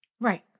right